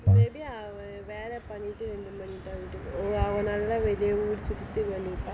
may be அவன் வேல பண்ணிட்டு:avan vela pannittu err oh அவன் நல்ல வெளிய ஊர் சுத்திட்டு வந்துருப்பா:avan nalla veliya oor suthittu vanthuruppa